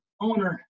owner